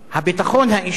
הביטחון האישי